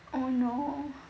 oh no